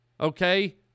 Okay